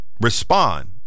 respond